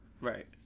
Right